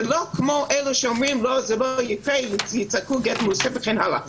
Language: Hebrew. שלא כמו אלה שאומרים שזה לא יקרה ויצעקו "גט מעושה" וכן הלאה,